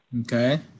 Okay